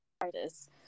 artists